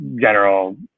general